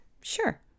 Sure